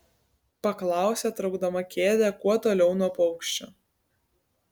paklausė traukdama kėdę kuo toliau nuo paukščio